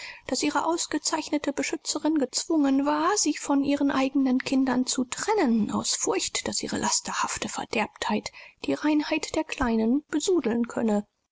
daß ihre ausgezeichnete beschützerin gezwungen war sie von ihren eigenen kindern zu trennen aus furcht daß ihre lasterhafte verderbtheit die reinheit der kleinen besudeln könne